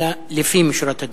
אלא לפי שורת הדין,